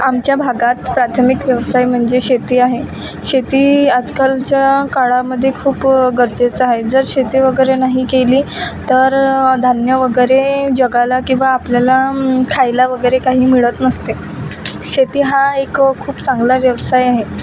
आमच्या भागात प्राथमिक व्यवसाय म्हणजे शेती आहे शेती आजकालच्या काळामध्ये खूप गरजेचं आहे जर शेती वगैरे नाही केली तर धान्य वगैरे जगाला किंवा आपल्याला खायला वगैरे काही मिळत नसते शेती हा एक खूप चांगला व्यवसाय आहे